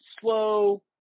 slow –